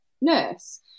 nurse